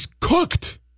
cooked